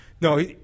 No